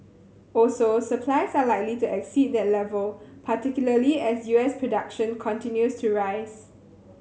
also supplies are likely to exceed that level particularly as U S production continues to rise